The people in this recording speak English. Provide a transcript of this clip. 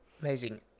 Amazing